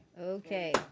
Okay